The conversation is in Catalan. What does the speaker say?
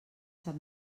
sap